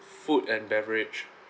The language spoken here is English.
food and beverage